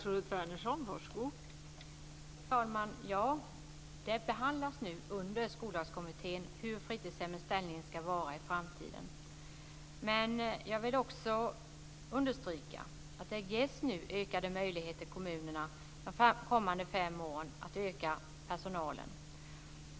Fru talman! Ja, det behandlas nu av Skollagskommittén vilken ställning fritidshemmen ska ha i framtiden. Men jag vill också understryka att det nu ges större möjligheter för kommunerna att under de kommande fem åren öka personalen.